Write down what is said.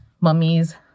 mummies